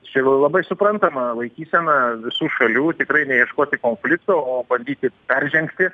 čia labai suprantama laikysena visų šalių tikrai ne ieškoti konflikto o bandyti peržengti